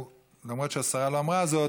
למרות שהשרה לא אמרה זאת,